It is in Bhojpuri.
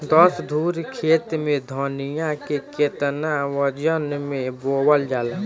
दस धुर खेत में धनिया के केतना वजन मे बोवल जाला?